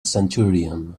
centurion